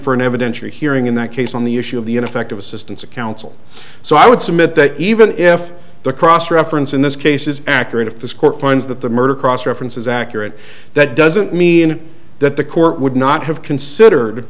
for an evidentiary hearing in that case on the issue of the ineffective assistance of counsel so i would submit that even if the cross reference in this case is accurate if this court fine that the murder cross reference is accurate that doesn't mean that the court would not have considered